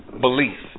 belief